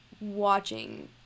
watching